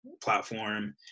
platform